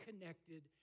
connected